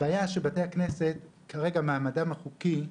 הבעיה שבתי הכנסת כרגע מעמדם החוקי,